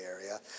Area